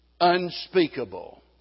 unspeakable